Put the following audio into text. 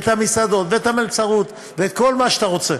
ואת המסעדות ואת המלצרות וכל מה שאתה רוצה.